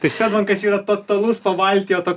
tai svedbankas yra totalus pabaltijo toks